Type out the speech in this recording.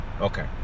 okay